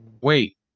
Wait